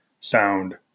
sound